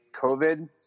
COVID